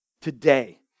today